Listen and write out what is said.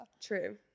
True